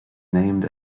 named